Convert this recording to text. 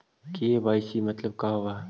KYC मतलब का होव हइ?